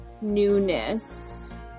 newness